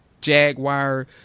Jaguar